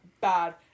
bad